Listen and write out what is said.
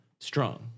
strong